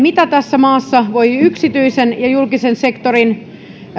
mitä tässä maassa voi yksityisen ja julkisen sektorin